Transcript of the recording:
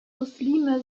muslime